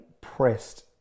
pressed